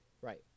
Right